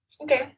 Okay